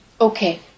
Okay